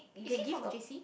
is he from J_C